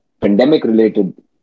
pandemic-related